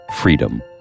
freedom